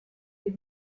les